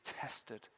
tested